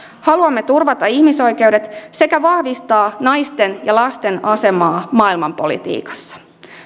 haluamme turvata ihmisoikeudet sekä vahvistaa naisten ja lasten asemaa maailmanpolitiikassa